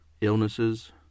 illnesses